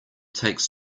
takes